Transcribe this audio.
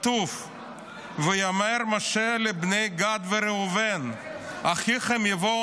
כתוב: "ויאמר משה לבני גד ולבני ראובן האחיכם יבאו